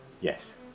yes